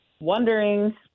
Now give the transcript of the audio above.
Wondering